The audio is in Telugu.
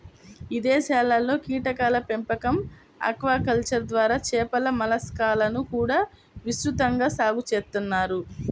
ఇదేశాల్లో కీటకాల పెంపకం, ఆక్వాకల్చర్ ద్వారా చేపలు, మలస్కాలను కూడా విస్తృతంగా సాగు చేత్తన్నారు